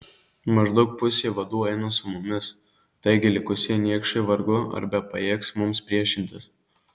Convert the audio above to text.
maždaug pusė vadų eina su mumis taigi likusieji niekšai vargu ar bepajėgs mums priešintis